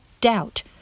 doubt